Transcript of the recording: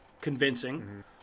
convincing